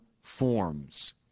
forms